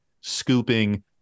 scooping